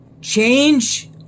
Change